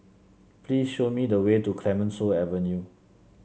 please show me the way to Clemenceau Avenue